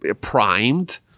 primed